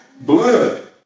Blood